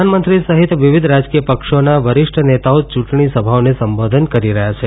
પ્રધાનમંત્રી સહિત વિવિધ રાજકીય પક્ષોના વરિષ્ઠ નેતાઓ ચૂંટણી સભાઓને સંબોધન કરી રહ્યા છે